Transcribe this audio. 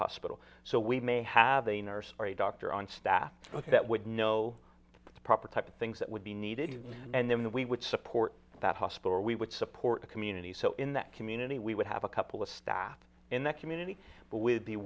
hospital so we may have a nurse or a doctor on staff that would know the proper type of things that would be needed and then we would support that hospital we would support the community so in that community we would have a couple of staff in that community but with the